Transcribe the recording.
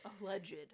alleged